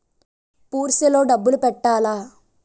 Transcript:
Purse లో డబ్బులు పెట్టలా?